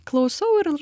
klausau ir